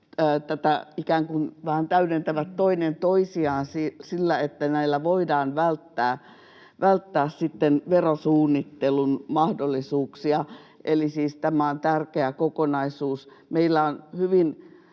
nämä ikään kuin täydentävät toinen toisiaan siinä, että näillä voidaan välttää sitten verosuunnittelun mahdollisuuksia. Tämä on siis tärkeä kokonaisuus.